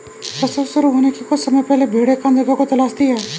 प्रसव शुरू होने के कुछ समय पहले भेड़ एकांत जगह को तलाशती है